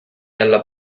alla